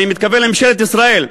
אני מתכוון לממשלת ישראל,